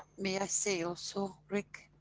may i say also rick?